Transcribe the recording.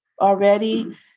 already